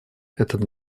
этот